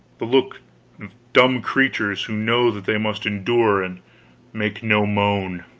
the look of dumb creatures who know that they must endure and make no moan.